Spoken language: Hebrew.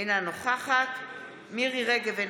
אינה נוכחת מירי מרים רגב,